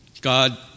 God